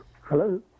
Hello